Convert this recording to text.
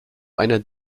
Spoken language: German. einer